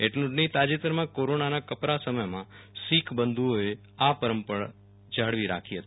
એટલું જ નફીં તાજેતરમાં કોરોનાના કપરા સમયમાં શીખબંધુઓએ આ પરંપરા જાળવી રાખી હતી